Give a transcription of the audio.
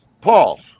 Paul